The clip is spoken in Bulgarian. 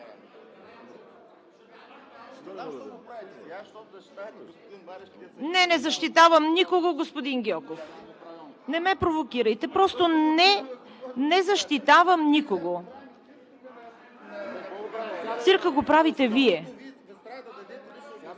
Не, не защитавам никого, господин Гьоков. Не ме провокирайте. Просто не защитавам никого. (Народният представител